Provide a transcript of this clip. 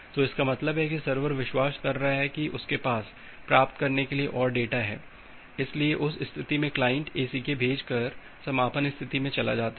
तो इसका मतलब है कि सर्वर विश्वास कर रहा है कि उसके पास प्राप्त करने के लिए और डेटा है इसलिए उस स्थिति में क्लाइंट ACK भेजकर समापन स्थिति में चला जाता है